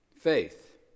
Faith